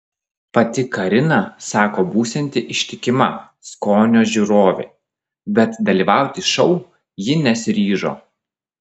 pati karina sako būsianti ištikima skonio žiūrovė bet dalyvauti šou ji nesiryžo